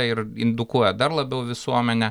ir indukuoja dar labiau visuomenę